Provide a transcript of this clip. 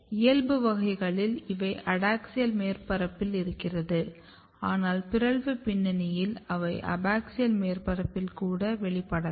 இயல்பு வகைகளில் இவை அடாக்ஸியல் மேற்பரப்பில் இருக்கிறது ஆனால் பிறழ்வு பின்னணியில் அவை அபாக்ஸியல் மேற்பரப்பில் கூட வெளிப்படலாம்